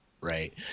Right